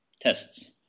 tests